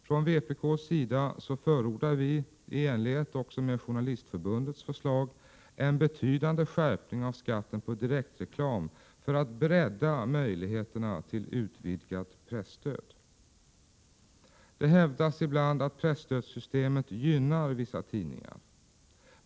Från vpk:s sida förordar vi i enlighet med Journalistförbundets förslag en betydande skärpning av skatten på direktreklam för att bredda möjligheterna till utvidgat presstöd. Det hävdas ibland att presstödssystemet gynnar vissa tidningar.